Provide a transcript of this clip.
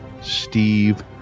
Steve